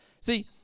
See